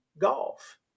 golf